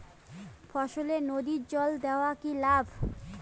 ফসলে নদীর জল দেওয়া কি ভাল?